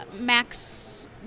max